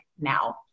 now